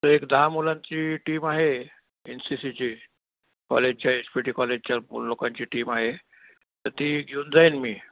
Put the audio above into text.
तर एक दहा मुलांची टीम आहे एन सी सीची कॉलेजच्या एच पी टी कॉलेजच्या लोकांची टीम आहे तर ती घेऊन जाईन मी